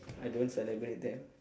I don't celebrate them